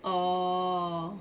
oh